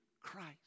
Christ